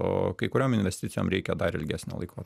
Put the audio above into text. o kai kuriom investicijom reikia dar ilgesnio laiko